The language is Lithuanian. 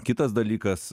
kitas dalykas